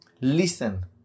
listen